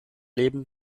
leben